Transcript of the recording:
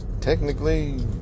Technically